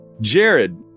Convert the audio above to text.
Jared